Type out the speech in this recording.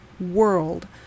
world